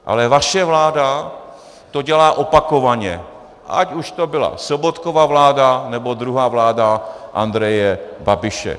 Ale vaše vláda to dělá opakovaně, ať už to byla Sobotkova vláda, nebo druhá vláda Andreje Babiše.